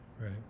Right